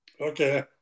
Okay